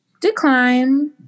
decline